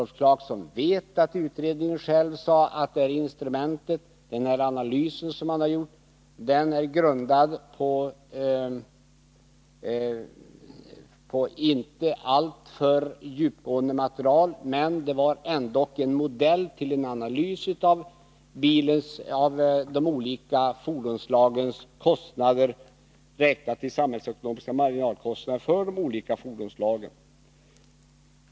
Han vet att utredningen själv sade att den analys man hade gjort var grundad på inte alltför djupgående material. Men det var ändå en modell för en analys av de samhällsekonomiska marginalkostnaderna för de olika fordonsslagen.